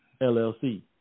LLC